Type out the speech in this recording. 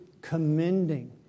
commending